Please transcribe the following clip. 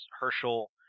Herschel